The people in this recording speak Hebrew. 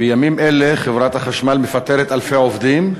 בימים אלה חברת החשמל מפטרת אלפי עובדים,